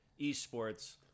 eSports